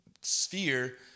sphere